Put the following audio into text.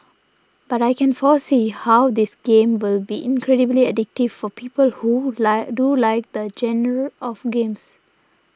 but I can foresee how this game will be incredibly addictive for people who like do like the genre of games